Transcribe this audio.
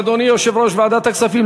אדוני יושב-ראש ועדת הכספים,